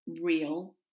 real